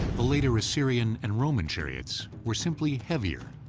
the later assyrian and roman chariots were simply heavier,